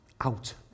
out